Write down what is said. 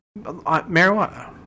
Marijuana